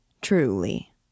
truly